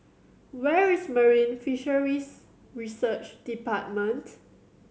where is Marine Fisheries Research Department